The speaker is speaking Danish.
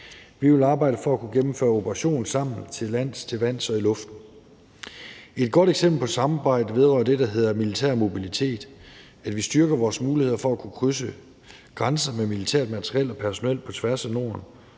Vi vil arbejde for at kunne gennemføre operationer sammen til lands, til vands og i luften. Et godt eksempel på samarbejdet vedrører det, der hedder militær mobilitet. Vi styrker vores muligheder for at kunne krydse grænser med militært materiel og personel på tværs af Norden